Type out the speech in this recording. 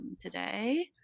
today